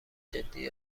جدی